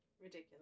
ridiculous